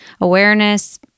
awareness